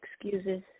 excuses